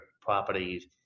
properties